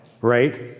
right